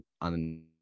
on